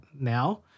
now